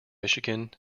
michigan